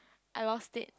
I lost it